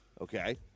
Okay